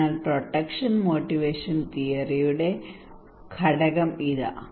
അതിനാൽ protection motivation തിയറിയുടെ PMT യുടെ ഘടകം ഇതാ